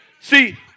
See